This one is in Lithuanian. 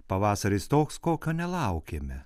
pavasaris toks kokio nelaukėme